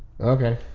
Okay